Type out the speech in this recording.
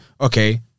okay